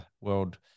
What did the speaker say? world